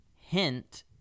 Hint